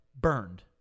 burned